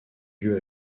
lieu